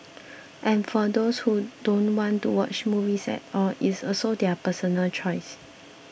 and for those who don't want to watch movies at all it's also their personal choice